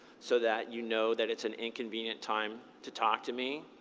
so that you know that it's an inconvenient time to talk to me.